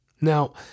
Now